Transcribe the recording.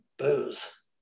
Booze